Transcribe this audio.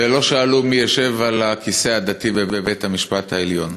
ולא שאלו מי ישב על הכיסא הדתי בבית-המשפט העליון.